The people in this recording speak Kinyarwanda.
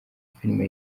filime